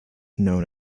known